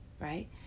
right